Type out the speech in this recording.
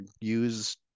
use